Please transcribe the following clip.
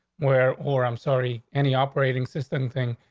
where or i'm sorry, any operating system thing,